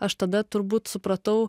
aš tada turbūt supratau